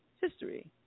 history